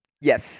yes